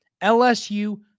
LSU